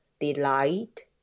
delight